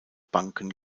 banken